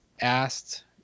asked